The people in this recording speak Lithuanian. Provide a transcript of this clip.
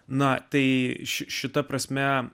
na tai šita prasme